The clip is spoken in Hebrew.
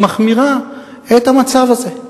מחמירה את המצב הזה.